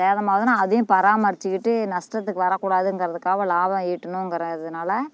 சேதமாகுதுன்னா அதையும் பராமரிச்சிக்கிட்டு நஷ்டத்துக்கு வரக்கூடாதுங்கறதுக்காக லாபம் ஈட்டணுங்கறதுனால